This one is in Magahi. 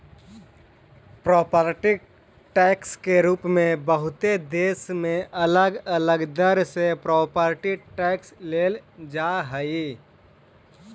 प्रॉपर्टी टैक्स के रूप में बहुते देश में अलग अलग दर से प्रॉपर्टी टैक्स लेल जा हई